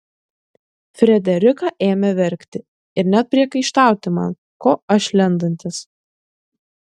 frederika ėmė verkti ir net priekaištauti man ko aš lendantis